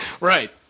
Right